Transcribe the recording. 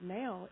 now